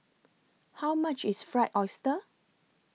How much IS Fried Oyster